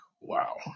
wow